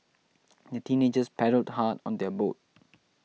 the teenagers paddled hard on their boat